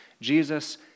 Jesus